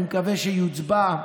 אני מקווה שיוצבע.